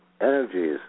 energies